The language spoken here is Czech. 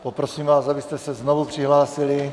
Poprosím vás, abyste se znovu přihlásili.